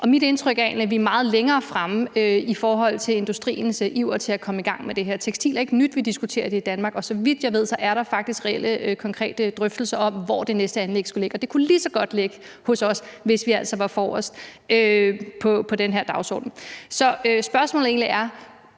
og mit indtryk er egentlig, at vi er meget længere fremme, i forhold til industriens iver efter at komme i gang med det. Tekstiler er ikke noget nyt, vi diskuterer i Danmark, og der er faktisk, så vidt jeg ved, reelle konkrete drøftelser om, hvor det næste anlæg skal ligge. Og det kunne lige så godt ligge hos os, hvis vi altså var forrest på den her dagsorden. Så spørgsmålet er egentlig,